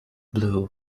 blue